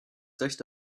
recht